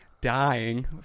dying